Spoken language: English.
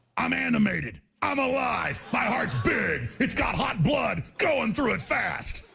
i'm animated! i'm alive! my heart's big! it's got hot blood goin' through it fast!